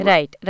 Right